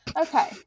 Okay